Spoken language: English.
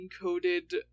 encoded